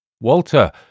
Walter